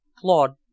Claude